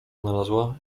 znalazła